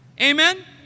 Amen